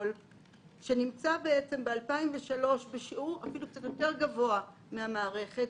נמצא בשיעור קצת יותר גבוה מהמערכת.